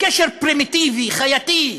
קשר פרימיטיבי, חייתי,